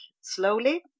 slowly